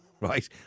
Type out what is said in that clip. Right